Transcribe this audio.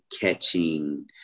catching